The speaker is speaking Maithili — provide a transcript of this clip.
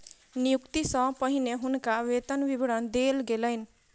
नियुक्ति सॅ पहिने हुनका वेतन विवरण देल गेलैन